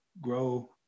grow